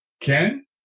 Ken